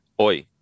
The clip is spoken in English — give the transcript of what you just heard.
Oi